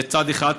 זה, צד אחד.